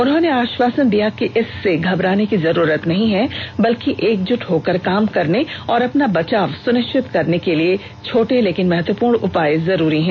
उन्होंने आश्वासन दिया कि इससे घबराने की जरूरत नहीं है बल्कि एकजुट होकर काम करने और अपना बचाव सुनिश्चित करने के लिए छोटे लेकिन महत्वपूर्ण उपाय जरूरी हैं